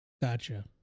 Gotcha